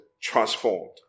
Transformed